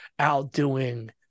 outdoing